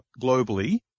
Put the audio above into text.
globally